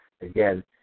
again